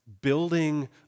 building